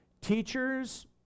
Teachers